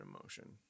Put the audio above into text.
emotion